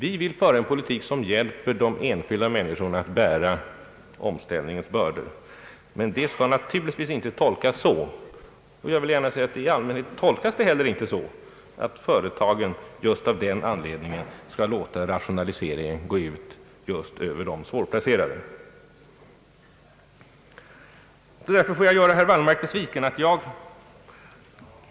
Vi vill föra en politik som hjälper de enskilda människorna att bära omställningens bördor, men det skall naturligtvis inte tolkas så — och jag vill gärna säga att det i allmänhet inte heller tolkas så — att företagen just av den anledningen skall låta rationaliseringen gå ut just över de svårplacerade. Jag får därför göra herr Wallmark besviken.